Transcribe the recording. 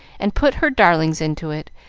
and put her darlings into it,